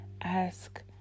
ask